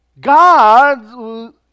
God